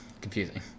Confusing